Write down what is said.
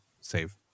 save